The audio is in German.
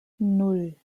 nan